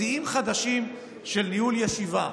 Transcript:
שיאים חדשים של ניהול ישיבה.